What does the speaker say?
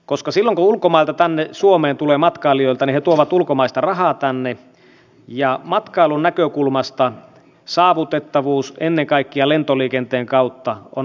silloin kun ulkomailta tänne suomeen tulee matkailijoita he tuovat ulkomaista rahaa tänne ja matkailun näkökulmasta saavutettavuus ennen kaikkea lentoliikenteen kautta on avainasemassa